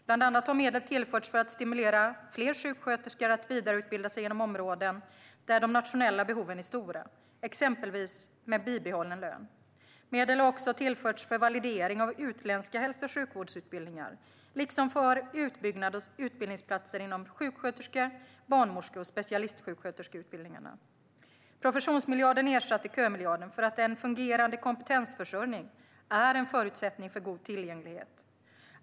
Bland annat har medel tillförts för att stimulera fler sjuksköterskor att vidareutbilda sig inom områden där de nationella behoven är stora, exempelvis med bibehållen lön. Medel har också tillförts för validering av utländska hälso och sjukvårdsutbildningar liksom för utbyggnad av utbildningsplatser inom sjuksköterske, barnmorske och specialistsjuksköterskeutbildningarna. Professionsmiljarden ersatte kömiljarden för att en fungerande kompetensförsörjning är en förutsättning för god tillgänglighet.